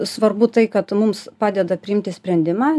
svarbu tai kad mums padeda priimti sprendimą